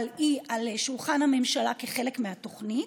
אבל הוא על שולחן הממשלה כחלק מהתוכנית,